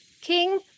king